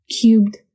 cubed